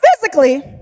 physically